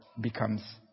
becomes